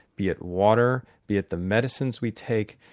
be it water, be it the medicines we take,